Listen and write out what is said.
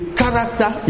character